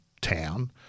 town